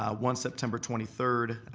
ah one september twenty third,